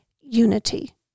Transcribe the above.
unity